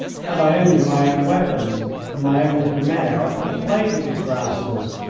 had i only my own weapons and my own little mare i could have played with these rascals.